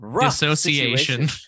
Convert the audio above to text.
disassociation